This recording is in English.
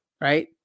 right